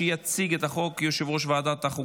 התקבלה בקריאה השנייה והשלישית,